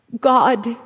God